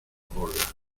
borda